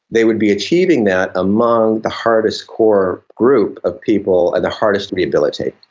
they would be achieving that among the hardest core group of people and the hardest to rehabilitate.